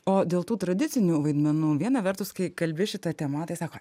o dėl tų tradicinių vaidmenų viena vertus kai kalbi šita tema tai sako